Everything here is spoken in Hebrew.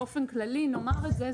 באופן כללי נאמר את זה,